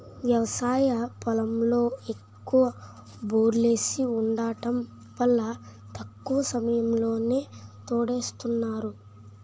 వ్యవసాయ పొలంలో ఎక్కువ బోర్లేసి వుండటం వల్ల తక్కువ సమయంలోనే తోడేస్తున్నారు